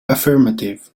affirmative